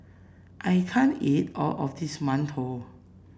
I can't eat all of this mantou